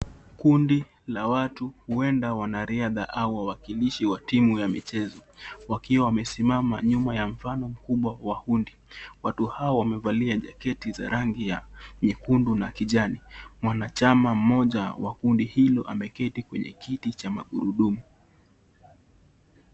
Kundi la watu huenda wanariadha au wawakilishi wa timu ya michezo wakiwa wamesimama nyuma ya mfano mkubwa wa hundi, watu hao wamevalia jaketi za rangi ya nyekundu na kijani, mwanachama mmoja wa kundi hilo ameketi kwenye kiti cha magurudumu.